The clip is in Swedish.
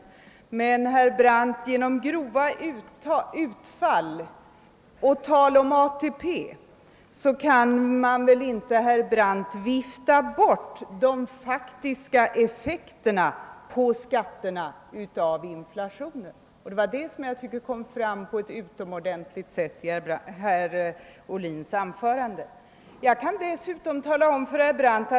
Jag vill emellertid säga till herr Brandt att man inte genom grova utfall och tal om hur det var när ATP infördes kan vifta bort inflationens faktiska effekter på skatterna, och det var detta som på ett utomordentligt tydligt sätt kom fram i herr Ohlins anförande.